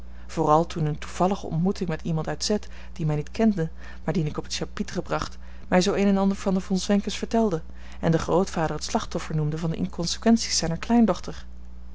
vooral toen eene toevallige ontmoeting met iemand uit z die mij niet kende maar dien ik op t chapitre bracht mij zoo een en ander van de von zwenkens vertelde en den grootvader het slachtoffer noemde van de inconsequenties zijner kleindochter